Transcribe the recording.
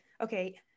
okay